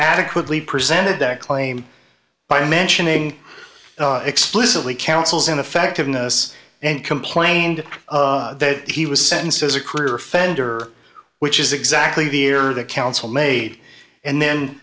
adequately presented that claim by mentioning explicitly counsel's ineffectiveness and complained that he was sentenced as a career offender which is exactly the year the council made and then